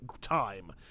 time